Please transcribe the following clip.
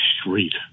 street